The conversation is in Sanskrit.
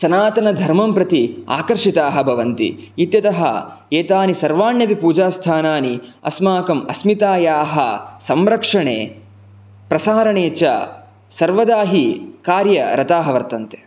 सनातनधर्मं प्रति आकर्षिताः भवन्ति इत्यतः एतानि सर्वान्यपि पूजास्थानानि अस्माकम् अस्मितायाः संरक्षणे प्रसारणे च सर्वदा हि कार्यरताः वर्तन्ते